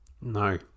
No